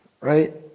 Right